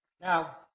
Now